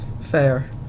Fair